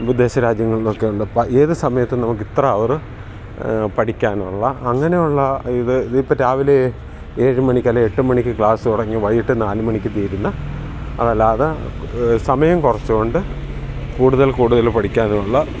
വിദേശ രാജ്യങ്ങളളിൽ നിന്നൊക്കെ ഉണ്ട് ഏത് സമയത്ത് നമുക്ക് ഇത്ര അവറ് പഠിക്കാനുള്ള അങ്ങനെയുള്ള ഇത് ഇതിപ്പം രാവിലെ ഏഴ് മണിക്ക് അല്ലേ എട്ട് മണിക്ക് ക്ലാസ് തുടങ്ങി വൈകിട്ട് നാല് മണിക്ക് തീരുന്ന അതല്ലാതെ സമയം കുറച്ചുകൊണ്ട് കൂടുതൽ കൂടുതൽ പഠിക്കാനുള്ള